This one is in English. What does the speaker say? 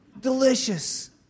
Delicious